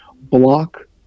block